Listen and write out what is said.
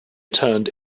turned